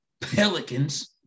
Pelicans